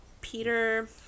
Peter